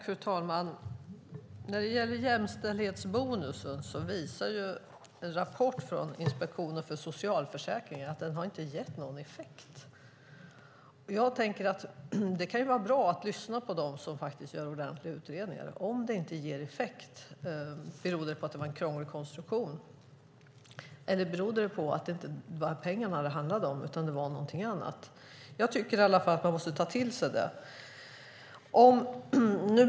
Fru talman! En rapport från Inspektionen för socialförsäkringen visar att jämställdhetsbonusen inte har gett någon effekt. Jag tycker att det kan vara bra att lyssna på dem som gör ordentliga utredningar. Om den inte ger effekt, berodde det på att det var en krånglig konstruktion, eller berodde det på att det inte var pengarna som det handlade om utan någonting annat? Jag tycker i alla fall att man måste ta till sig det.